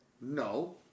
No